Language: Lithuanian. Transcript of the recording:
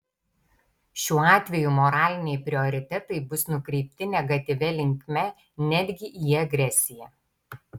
šiuo atveju moraliniai prioritetai bus nukreipti negatyvia linkme netgi į agresiją